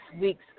week's